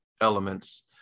elements